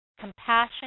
compassion